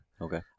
Okay